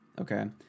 okay